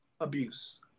abuse